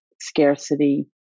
scarcity